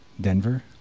Denver